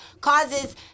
causes